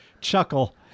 chuckle